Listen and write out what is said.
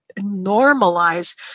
normalize